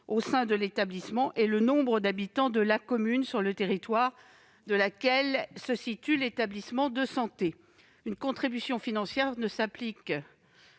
au sein de l'établissement et le nombre d'habitants de la commune sur le territoire de laquelle se situe l'établissement de santé. Une contribution financière s'applique